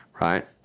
right